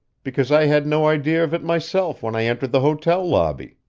because i had no idea of it myself when i entered the hotel lobby,